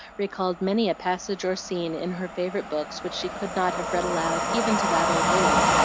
recalled many a passage or scene in her favorite books which she could not have read aloud even to that old lady,